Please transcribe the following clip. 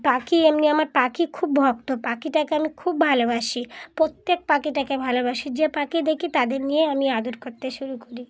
পাখি এমনি আমার পাখি খুব ভক্ত পাখিটাকে আমি খুব ভালোবাসি প্রত্যেক পাখিটাকে ভালোবাসি যে পাখি দেখি তাদের নিয়ে আমি আদর করতে শুরু করি